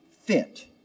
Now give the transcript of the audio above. fit